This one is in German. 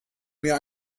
mir